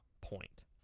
point